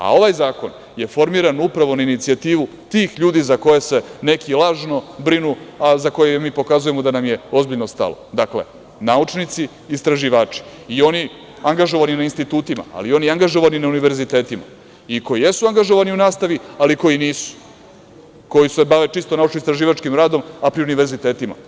A ovaj zakon je formiran upravo na inicijativu tih ljudi za koje se neki lažno brinu, a za koje mi pokazujemo da nam je ozbiljno stalo, dakle, naučnici, istraživači i oni angažovani na institutima ali i oni angažovani na univerzitetima i koji jesu angažovani u nastavi ali i koji nisu, koji se bave čisto naučno-istraživačkim radom a pri univerzitetima.